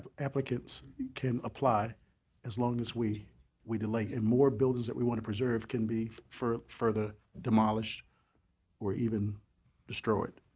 ah applicants can apply as long as we we delay and more buildings that we want to preserve can be further demolished or even destroyed.